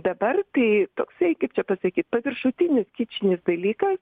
dabar tai toksai kaip čia pasakyt paviršutinis kičinis dalykas